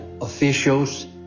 officials